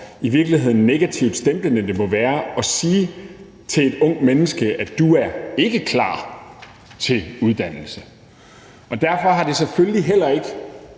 i virkeligeheden hvor negativt stemplende det må være at sige til et ungt menneske: Du er ikke klar til uddannelse. Derfor har det selvfølgelig heller ikke